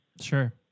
Sure